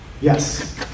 Yes